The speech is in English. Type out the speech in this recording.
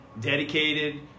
dedicated